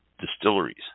distilleries